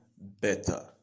Better